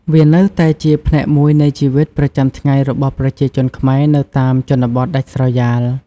វានៅតែជាផ្នែកមួយនៃជីវិតប្រចាំថ្ងៃរបស់ប្រជាជនខ្មែរនៅតាមជនបទដាច់ស្រយាល។